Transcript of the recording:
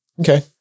Okay